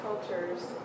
cultures